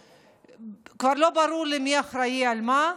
כבר לא ברור מי אחראי למה,